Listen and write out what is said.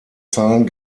zahlen